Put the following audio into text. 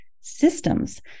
systems